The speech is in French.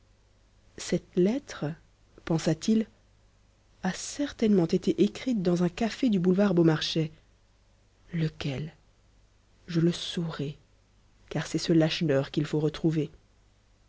cette lettre pensa-t-il a certainement été écrite dans un café du boulevard beaumarchais lequel je le saurai car c'est ce lacheneur qu'il faut retrouver